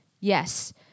yes